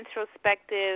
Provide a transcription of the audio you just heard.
introspective